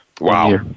Wow